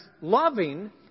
loving